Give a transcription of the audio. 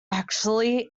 actually